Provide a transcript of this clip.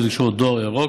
דואר "ירוק"